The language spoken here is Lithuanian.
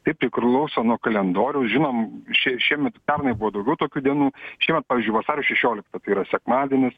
tai priklauso nuo kalendoriaus žinom šie šiemet pernai buvo daugiau tokių dienų šios pavyzdžiui vasario šešioliktos yra sekmadienis